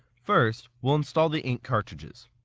first, we'll install the ink cartridges.